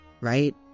right